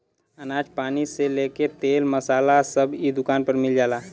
अनाज पानी से लेके तेल मसाला सब इ दुकान पर मिल जाला